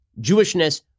Jewishness